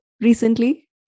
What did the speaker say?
recently